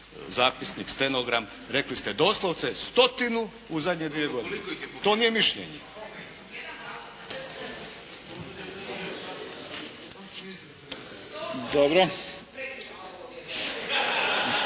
zapisnik, stenogram. Rekli ste doslovce stotinu u zadnje dvije godine. To nije mišljenje.